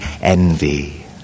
envy